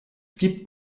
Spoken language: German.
gibt